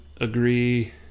agree